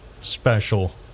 special